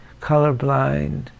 colorblind